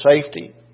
safety